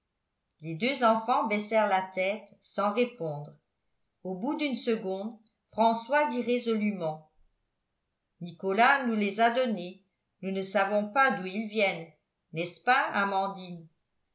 les deux enfants baissèrent la tête sans répondre au bout d'une seconde françois dit résolument nicolas nous les a donnés nous ne savons pas d'où ils viennent n'est-ce pas amandine